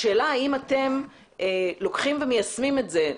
השאלה האם אתם מיישמים את זה.